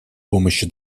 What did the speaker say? помощи